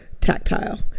tactile